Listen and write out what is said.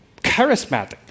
charismatic